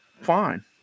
fine